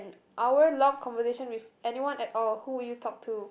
hour long conversation with anyone at all who will you talk to